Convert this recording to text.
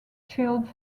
childs